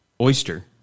oyster